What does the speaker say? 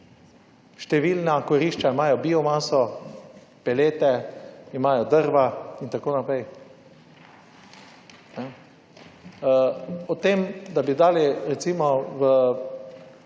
Številna kurišča imajo biomaso, pelete, imajo drva in tako naprej. O tem, da bi dali recimo v